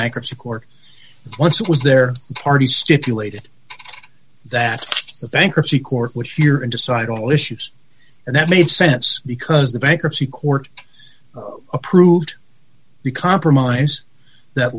bankruptcy court once it was their party stipulated that the bankruptcy court which year and decide all issues and that made sense because the bankruptcy court approved the compromise that